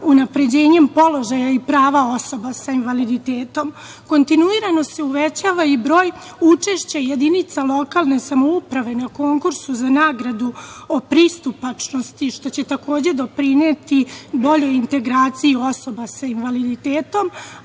unapređenjem položaja i prava osoba sa invaliditetom. Kontinuirano se uvećava i broj učešća jedinica lokalne samouprave na konkursu za nagradu o pristupačnosti, što će takođe doprineti boljoj integraciji osoba sa invaliditetom,